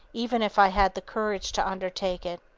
even if i had the courage to undertake it.